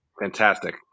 fantastic